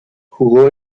jugó